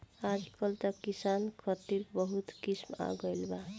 आजकल त किसान खतिर बहुत स्कीम आ गइल बा